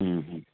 ꯎꯝ ꯍꯨꯝ